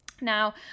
Now